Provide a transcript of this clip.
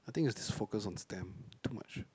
I think I just focused on stem too much